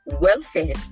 well-fed